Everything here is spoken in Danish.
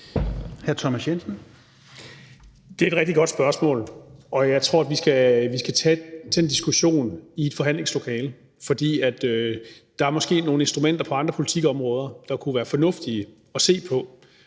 Thomas Jensen (S): Det er et rigtig godt spørgsmål. Jeg tror, at vi skal tage den diskussion i et forhandlingslokale, for der er måske nogle instrumenter på andre politikområder, det kunne være fornuftigt at se på